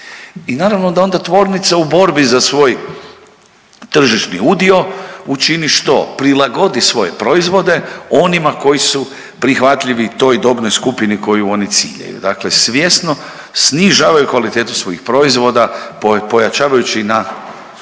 I naravno da onda tvornice u borbi za svoj tržišni udio učini što, prilagodi svoje proizvode onima koji su prihvatljivi toj dobnoj skupini koju oni ciljaju. Dakle, svjesno snižavaju kvalitetu svojih proizvoda pojačavajući na